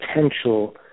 potential